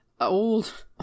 old